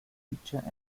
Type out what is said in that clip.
teacher